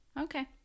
Okay